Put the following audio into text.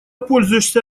пользуешься